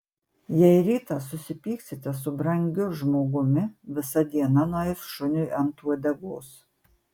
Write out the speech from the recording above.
jei rytą susipyksite su brangiu žmogumi visa diena nueis šuniui ant uodegos